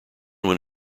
when